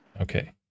Okay